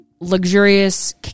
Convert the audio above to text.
luxurious